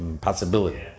possibility